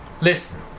Listen